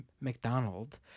McDonald